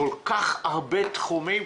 כל כך הרבה תחומים,